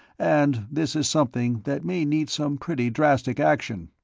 and this is something that may need some pretty drastic action.